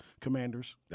commanders